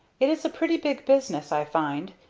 it is a pretty big business i find,